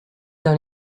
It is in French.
dans